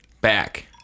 back